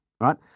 right